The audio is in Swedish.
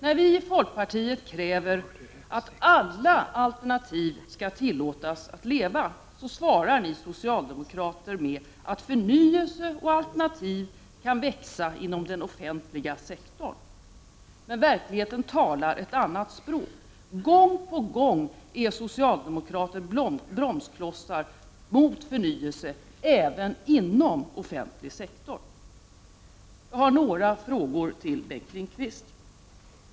När vi i folkpartiet kräver att alla alternativ skall tillåtas leva, svarar ni socialdemokrater att förnyelse och alternativ kan växa inom den offentliga sektorn. Men verkligheten talar ett annat språk. Gång på gång är socialdemokrater bromsklossar mot förnyelsen även inom offentlig sektor. Jag har några frågor till Bengt Lindqvist.